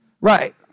Right